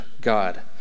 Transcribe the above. God